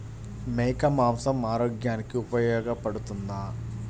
మేక మాంసం ఆరోగ్యానికి ఉపయోగపడుతుందా?